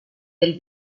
del